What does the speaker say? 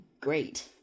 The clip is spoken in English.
great